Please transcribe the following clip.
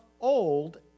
old